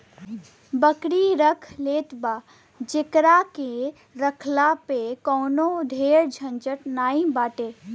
बकरी रख लेत बा जेकरा के रखला में कवनो ढेर झंझट नाइ बाटे